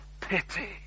pity